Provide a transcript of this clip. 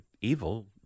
evil